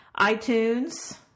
iTunes